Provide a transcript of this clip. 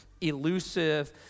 elusive